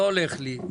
לא הולך לי.